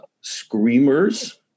screamers